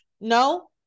No